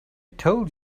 told